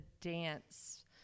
dance